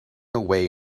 away